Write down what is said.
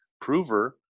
prover